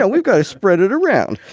know, we've got to spread it around.